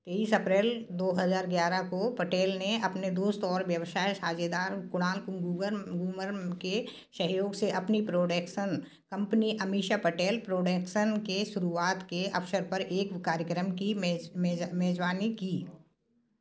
तेईस अप्रैल दो हज़ार ग्यारह को पटेल ने अपने दोस्त और व्यवसाय साझेदार कुणाल गुगर गूमर के सहयोग से अपनी production company Ameesha Patel productions के शुरुआत के अवसर पर एक कार्यक्रम की मेज मेजबानी की